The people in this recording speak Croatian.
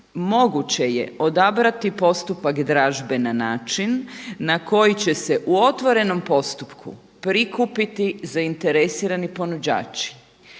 moguće je odabrati postupak dražbe na način na koji će se u otvorenom postupku prikupiti zainteresirani proizvođači.